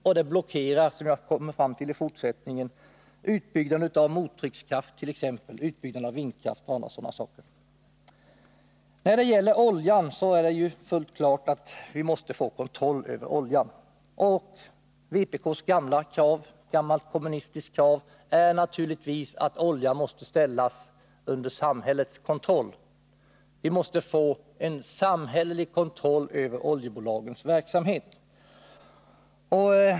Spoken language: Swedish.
Och det blockerar utbyggnaden av exempelvis mottryckskraft, vindkraft och annat. Vidare är det fullt klart att vi måste få kontroll över oljan. Vpk:s krav — ett gammalt kommunistiskt krav — är naturligtvis att oljan måste ställas under samhällets kontroll. Vi måste få en samhällelig kontroll över oljebolagens verksamhet.